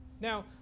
Now